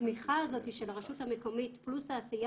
התמיכה הזאת היא של הרשות המקומית פלוס העשייה